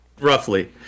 roughly